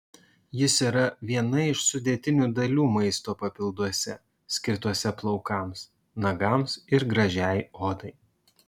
jis yra viena iš sudėtinių dalių maisto papilduose skirtuose plaukams nagams ir gražiai odai